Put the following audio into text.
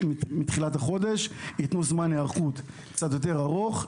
מתחילת החודש אלא שייתנו זמן היערכות קצת יותר ארוך.